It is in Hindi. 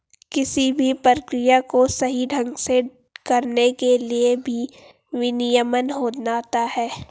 किसी भी प्रक्रिया को सही ढंग से करने के लिए भी विनियमन होता है